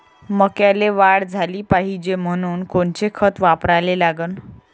मक्याले वाढ झाली पाहिजे म्हनून कोनचे खतं वापराले लागन?